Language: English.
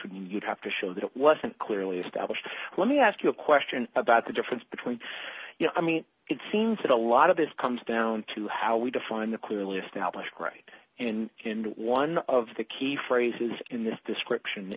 would mean you'd have to show that it wasn't clearly established let me ask you a question about the difference between you know i mean it seems that a lot of it comes down to how we define the clearly established right and in one of the key phrases in the description